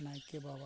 ᱱᱟᱭᱠᱮ ᱵᱟᱵᱟ